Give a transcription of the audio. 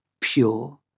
pure